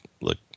look